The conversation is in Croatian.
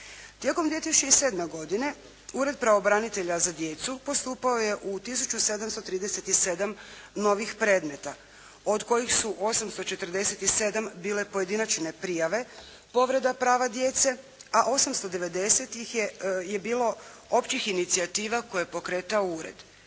Tijekom 2007. godine Ured pravobranitelja za djecu postupao je u 1737 novih predmeta od kojih su 847 bile pojedinačne prijave, povreda prava djece, a 890 ih je bilo općih inicijativa koje je pokretao ured.